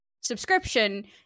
subscription